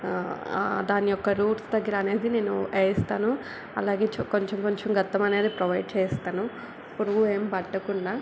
దాని యొక్క రూట్స్ దగ్గర అనేది నేను వేస్తాను అలాగే చు కొంచెం కొంచెం గత్తం అనేది ప్రొవైడ్ చేస్తాను పురుగు ఏమి పట్టకుండా